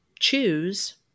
choose